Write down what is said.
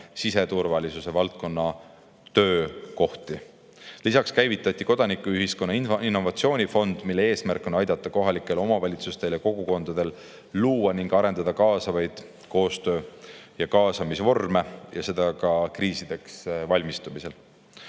siseturvalisuse valdkonna tööd. Lisaks käivitati kodanikuühiskonna innovatsioonifond, mille eesmärk on aidata kohalikel omavalitsustel ja kogukondadel luua ning arendada kaasavaid koostöö‑ ja kaasamisvorme, ja seda ka kriisideks valmistumisel.